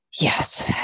Yes